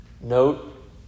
note